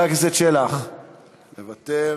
מוותר.